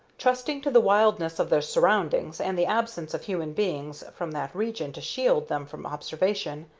trusting to the wildness of their surroundings and the absence of human beings from that region to shield them from observation,